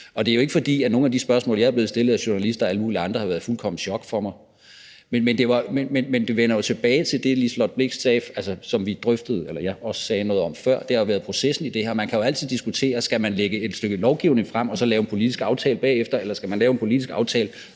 og det er jo ikke, fordi nogle af de spørgsmål, jeg er blevet stillet af journalister og alle mulige andre, har været et fuldkomment chok for mig. Men det vender jo tilbage til det, som jeg også sagde noget om før, nemlig at det jo har været processen i det her. Og man kan jo altid diskutere, om man skal lægge et stykke lovgivning frem og så lave en politisk aftale bagefter, eller om man skal lave en politisk aftale